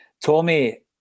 Tommy